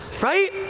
right